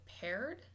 paired